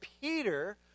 Peter